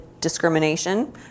discrimination